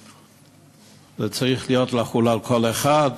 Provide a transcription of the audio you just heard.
זה צריך לחול על כל אחד.